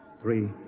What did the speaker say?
three